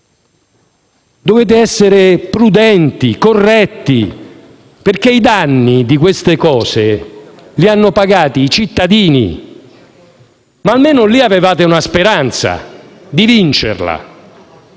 dovete essere prudenti e corretti, perché i danni di tutto questo li hanno pagati i cittadini. Ma almeno lì avevate la speranza di vincere.